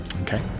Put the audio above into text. okay